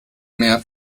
mär